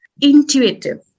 intuitive